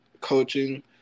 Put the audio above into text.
coaching